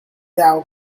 thou